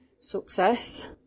success